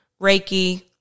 reiki